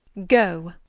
go.